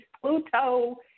Pluto